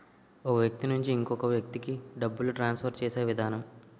ఒక వ్యక్తి నుంచి ఇంకొక వ్యక్తికి డబ్బులు ట్రాన్స్ఫర్ చేసే విధానం